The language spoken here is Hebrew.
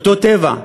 אותו טבח,